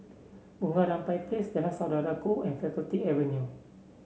Bunga Rampai Place Jalan Saudara Ku and Faculty Avenue